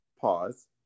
Pause